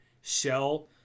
shell